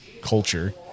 culture